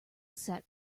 sat